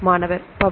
மாணவர் PUBMED